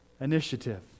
initiative